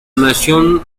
nación